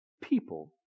people